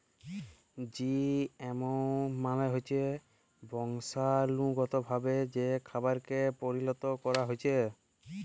GMO মালে হচ্যে বংশালুগতভাবে যে খাবারকে পরিলত ক্যরা হ্যয়েছে